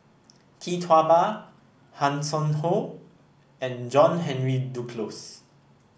Tee Tua Ba Hanson Ho and John Henry Duclos